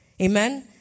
Amen